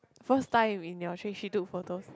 first time in your train she took photos